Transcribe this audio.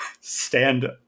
stand